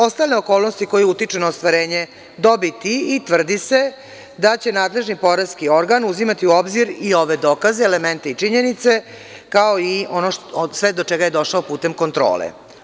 Ostale okolnosti koje utiču na ostvarenje dobiti i tvrdi se, da će nadležni poreski organ uzimati u obzir i ove dokaze, elemente i činjenice, kao i sve ono do čega je došao putem kontrole.